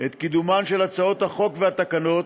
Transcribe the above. את קידומן של הצעות החוק והתקנות,